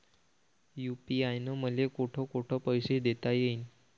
UPI न मले कोठ कोठ पैसे देता येईन?